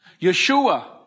Yeshua